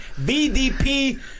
VDP